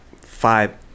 five